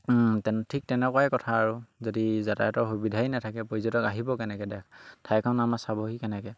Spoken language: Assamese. তেন ঠিক তেনেকুৱাই কথা আৰু যদি যাতায়াতৰ সুবিধাই নাথাকে পৰ্যটক আহিব কেনেকৈ দে ঠাইখন আমাৰ চাবহি কেনেকৈ